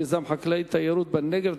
מיזם חקלאי-תיירותי בנגב),